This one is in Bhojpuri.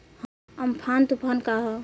अमफान तुफान का ह?